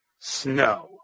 snow